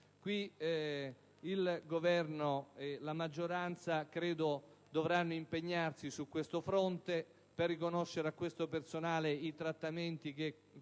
Il Governo e la maggioranza dovranno impegnarsi su tale fronte per riconoscere a questo personale i trattamenti che